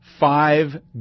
Five